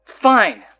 Fine